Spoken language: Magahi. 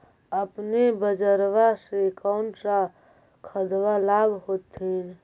अपने बजरबा से कौन सा खदबा लाब होत्थिन?